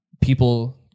people